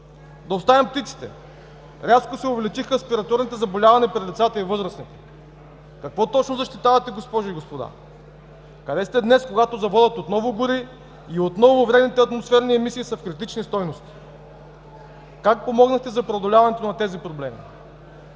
Да оставим птиците – рязко се увеличиха рeспираторните заболявания при децата и възрастните. Какво точно защитавате, госпожи и господа? Къде сте днес, когато заводът отново гори и отново вредните атмосферни емисии са в критични стойности? Как помогнахте за преодоляването на тези проблеми?